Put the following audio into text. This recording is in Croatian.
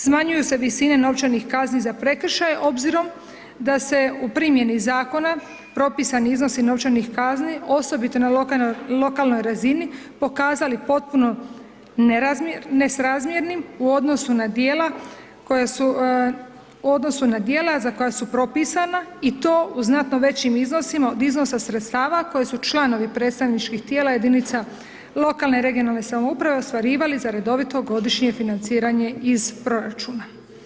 Smanjuju se visine novčanih kazni za prekršaje obzirom da se u primjeni zakona propisani iznosi novčanih kazni osobito na lokalnoj razini pokazali potpuno nesrazmjernim u odnosu na djela koja su, u odnosu na djela za koja su propisa i to u znatno većim iznosima od iznosa sredstava koje su članovi predstavničkih tijela jedinica lokalne i regionalne samouprave ostvarivali za redovito godišnje financiranje iz proračuna.